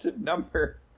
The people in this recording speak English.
number